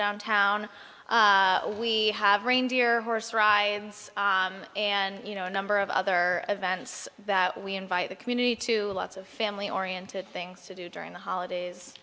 downtown we have reindeer horse or i guess and you know a number of other events that we invite the community to lots of family oriented things to do during the holidays